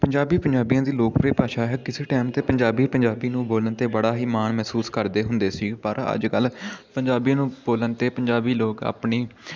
ਪੰਜਾਬੀ ਪੰਜਾਬੀਆਂ ਦੀ ਲੋਕਪ੍ਰਿਯ ਭਾਸ਼ਾ ਹੈ ਕਿਸੇ ਵੀ ਟਾਈਮ 'ਤੇ ਪੰਜਾਬੀ ਪੰਜਾਬੀ ਨੂੰ ਬੋਲਣ 'ਤੇ ਬੜਾ ਹੀ ਮਾਣ ਮਹਿਸੂਸ ਕਰਦੇ ਹੁੰਦੇ ਸੀ ਪਰ ਅੱਜ ਕੱਲ੍ਹ ਪੰਜਾਬੀ ਨੂੰ ਬੋਲਣ ਅਤੇ ਪੰਜਾਬੀ ਲੋਕ ਆਪਣੀ